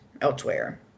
elsewhere